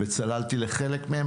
וצללתי לחלק מהם,